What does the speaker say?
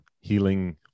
healing